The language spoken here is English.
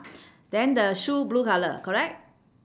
then the shoe blue colour correct